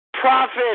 Profit